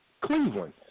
Cleveland